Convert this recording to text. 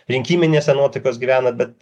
rinkiminėse nuotaikos gyvena bet